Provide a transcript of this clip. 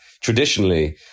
traditionally